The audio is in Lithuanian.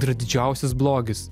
yra didžiausias blogis